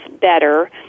better